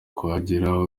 kuhagera